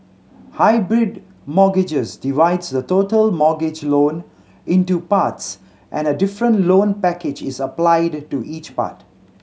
hybrid mortgages divides the total mortgage loan into parts and a different loan package is applied to each part